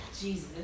Jesus